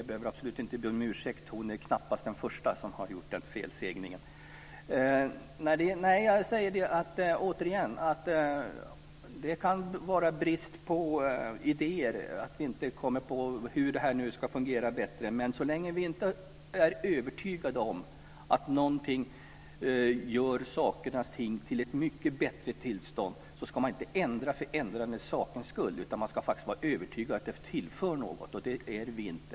Herr talman! Det kanske är brist på idéer som gör att vi inte kommer på hur det här ska fungera bättre. Men så länge vi inte är övertygade om att någonting gör tingens ordning mycket bättre ska man inte ändra bara för ändrandets skull. Man ska vara övertygad om att det tillför något. Det är vi inte.